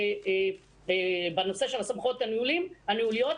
בנושא של סמכויות הניהוליות,